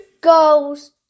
goals